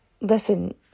listen